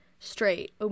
straight